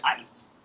ice